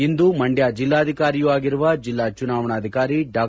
ಇಂದು ಮಂಡ್ಯ ಜಿಲ್ಲಾಧಿಕಾರಿಯೂ ಆಗಿರುವ ಜಿಲ್ಲಾ ಚುನಾವಣಾಧಿಕಾರಿ ಡಾ